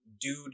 dude